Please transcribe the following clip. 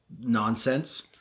nonsense